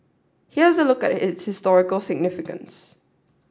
here's a look at its historical significance